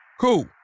Cool